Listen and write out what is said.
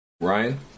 Ryan